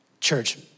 church